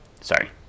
sorry